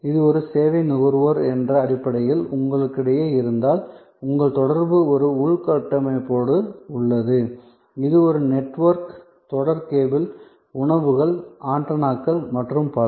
இது ஒரு சேவை நுகர்வோர் என்ற அடிப்படையில் உங்களுக்கிடையே இருந்தால் உங்கள் தொடர்பு ஒரு உள்கட்டமைப்போடு உள்ளது இது ஒரு நெட்வொர்க் தொடர் கேபிள்கள் உணவுகள் ஆண்டெனாக்கள் மற்றும் பல